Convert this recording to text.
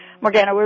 Morgana